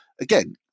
Again